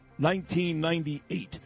1998